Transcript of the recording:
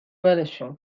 ولشون